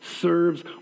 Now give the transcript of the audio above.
serves